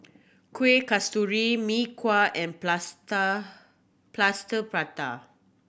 Kueh Kasturi Mee Kuah and Plaster Prata